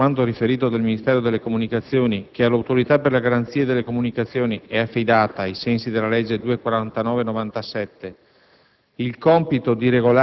premettendo, secondo anche quanto riferito dal Ministero delle comunicazioni, che all'Autorità per le garanzie nelle comunicazioni è affidato, ai sensi della legge n.